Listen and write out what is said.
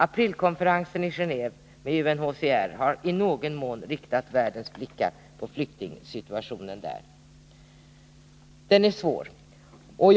Aprilkonferensen med UNHCR i Geneve har i någon mån riktat världens blickar på flyktingsituationen i Afrika. Den är oerhört svår.